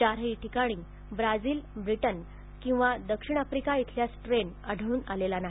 चारही ठिकाणी Brazil Britain किंवा दक्षिण आफ्रिका इथला स्ट्रेन आढळून आला नाही